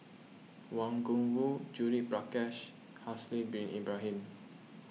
Wang Gungwu Judith Prakash Haslir Bin Ibrahim